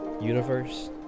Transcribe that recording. Universe